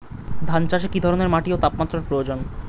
ধান চাষে কী ধরনের মাটি ও তাপমাত্রার প্রয়োজন?